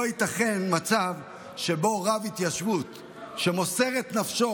לא ייתכן מצב שבו רב התיישבות שמוסר את נפשו